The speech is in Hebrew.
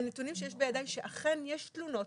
הנתונים שיש בידיי, שאכן יש תלונות,